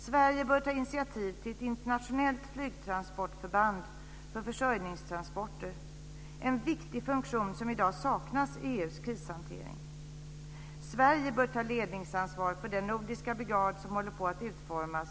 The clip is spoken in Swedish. Sverige bör ta initiativ till ett internationellt flygtransportförband för försörjningstransporter - en viktig funktion som i dag saknas i EU:s krishantering. Sverige bör ta ledningsansvar för den nordiska brigad som håller på att utformas,